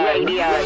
Radio